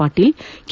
Patil K